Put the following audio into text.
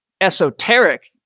esoteric